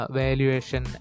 valuation